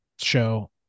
show